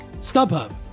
StubHub